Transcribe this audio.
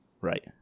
Right